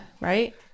right